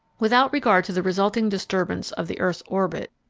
without regard to the resulting disturbance of the earth's orbit,